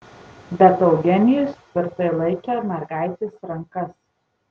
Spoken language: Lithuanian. bet eugenijus tvirtai laikė mergaitės rankas